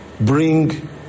bring